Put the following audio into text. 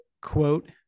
quote